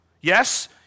Yes